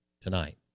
tonight